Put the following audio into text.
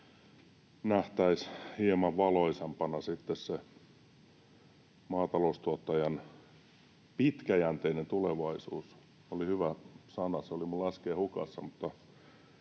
nähtäisiin hieman valoisampana sitten maataloustuottajan pitkäjänteinen tulevaisuus. Se oli hyvä sana, se oli minulla äsken hukassa,